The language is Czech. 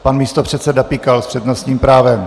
Pan místopředseda Pikal s přednostním právem.